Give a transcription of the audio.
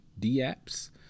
DApps